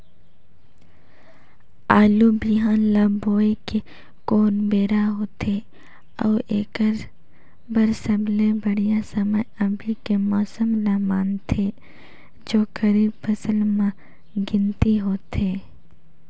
आलू बिहान ल बोये के कोन बेरा होथे अउ एकर बर सबले बढ़िया समय अभी के मौसम ल मानथें जो खरीफ फसल म गिनती होथै?